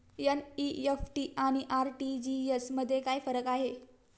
NEFT आणि RTGS मध्ये काय फरक आहे?